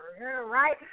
right